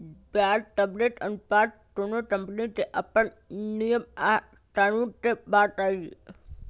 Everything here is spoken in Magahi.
ब्याज कवरेज अनुपात कोनो कंपनी के अप्पन नियम आ कानून के बात हई